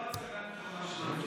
זה לא הצגה נכונה של הדברים.